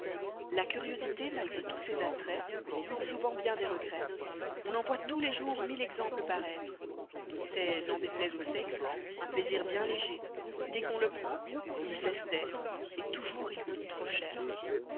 la curiosité malgré tous ses attraits couste souvent bien des regrets on en voit tous les jours mille exemples paroistre c'est n'en déplaise au sexe un plaisir bien leger dés qu'on le prend il cesse d'estre et toûjours il couste trop cher